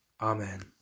Amen